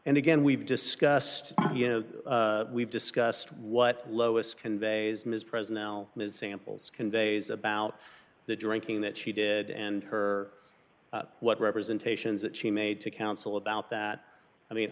and again we've discussed you know we've discussed what lois conveys ms present and as samples conveys about the drinking that she did and her what representations that she made to counsel about that i mean